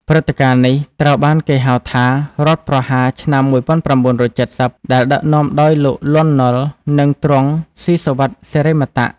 ព្រឹត្តិការណ៍នេះត្រូវបានគេហៅថា "រដ្ឋប្រហារឆ្នាំ ១៩៧០" ដែលដឹកនាំដោយលោក លន់ នល់ និងទ្រង់ ស៊ីសុវត្ថិ សិរិមតៈ។